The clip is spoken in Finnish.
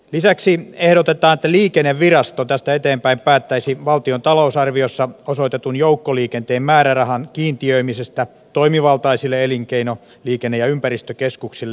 lisäksi ehdotetaan että liikennevirasto tästä eteenpäin päättäisi valtion talousarviossa osoitetun joukkoliikenteen määrärahan kiintiöimisestä toimivaltaisille elinkeino liikenne ja ympäristökeskuksille